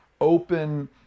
open